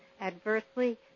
adversely